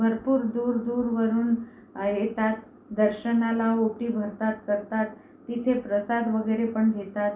भरपूर दूरदूरवरून येतात दर्शनाला ओटी भरतात करतात तिथे प्रसाद वगैरे पण घेतात